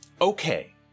Okay